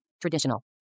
traditional